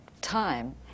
time